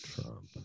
trump